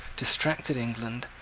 distracted england,